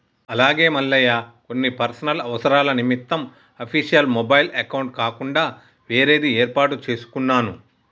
అలాగే మల్లయ్య కొన్ని పర్సనల్ అవసరాల నిమిత్తం అఫీషియల్ మొబైల్ అకౌంట్ కాకుండా వేరేది ఏర్పాటు చేసుకున్నాను